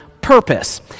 purpose